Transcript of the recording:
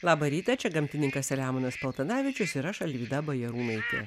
labą rytą čia gamtininkas selemonas paltanavičius ir aš alvyda bajarūnaitė